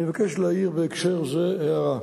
אני מבקש להעיר בהקשר זה הערה: